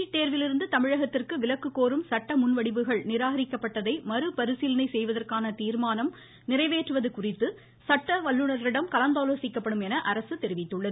NEET தேர்விலிருந்து தமிழகத்திற்கு விலக்கு கோரும் சட்ட முன் வடிவுகள் நிராகரிக்கப்பட்டதை மறுபரிசீலனை செய்வதற்கான தீர்மானம் நிறைவேற்றுவது சட்டவல்லுநர்களிடம் கலந்தாலோசிக்கப்படும் குறித்து என்று அரசு தெரிவித்துள்ளது